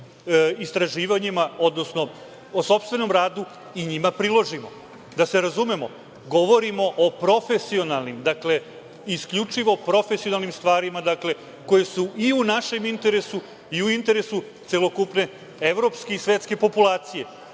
istraživanjima, odnosno o sopstvenom radu i njima priložimo. Da se razumemo, govorimo o profesionalnim, dakle, isključivo profesionalnim stvarima, koje su i u našem interesu i u interesu celokupne evropske i svetske populacije.